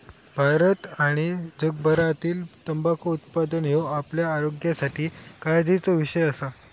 भारत आणि जगभरातील तंबाखू उत्पादन ह्यो आपल्या आरोग्यासाठी काळजीचो विषय असा